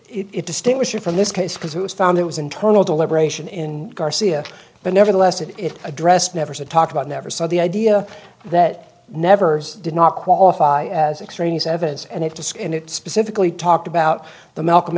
it distinguish it from this case because it was found it was internal deliberation in garcia but nevertheless it addressed never talked about never saw the idea that never did not qualify as extraneous evidence and have to skin it specifically talked about the malcolm